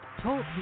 TALK